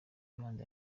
ibanza